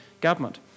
government